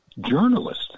journalist